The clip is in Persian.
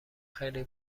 خیلی